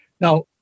Now